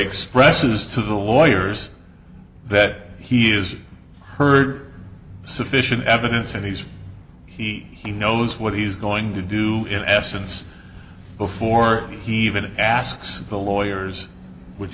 express says to the lawyers that he has heard sufficient evidence and he's he he knows what he's going to do in essence before he even asks the lawyers which